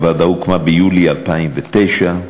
הוועדה הוקמה ביולי 2009,